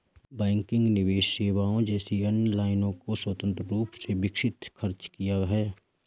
banking निवेश सेवाओं जैसी अन्य लाइनों को स्वतंत्र रूप से विकसित खर्च किया है